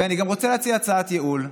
ואני רוצה להציע גם הצעת ייעול.